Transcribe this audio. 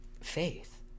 faith